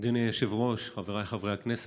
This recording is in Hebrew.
אדוני היושב-ראש, חבריי חברי הכנסת,